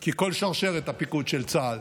כי כל שרשרת הפיקוד של צה"ל